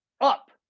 up